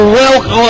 welcome